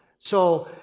so,